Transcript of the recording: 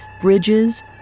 bridges